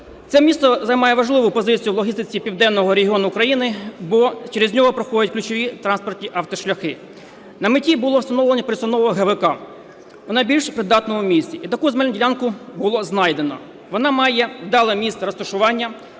Це місто займає важливу позицію в логістиці Південного регіону України, бо через нього проходять ключові транспортні автошляхи. На меті було встановлення пересувного ГВК у найбільш придатному місці, і таку земельну ділянку було знайдено. Вона має вдале місце розташування,